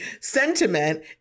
sentiment